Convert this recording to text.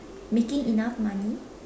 making enough money